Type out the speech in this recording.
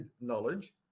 knowledge